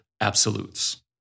absolutes